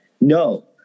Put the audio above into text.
No